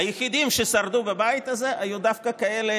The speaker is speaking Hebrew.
היחידים ששרדו בבית הזה היו דווקא אלה